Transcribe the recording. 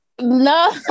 no